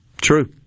true